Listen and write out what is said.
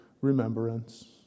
remembrance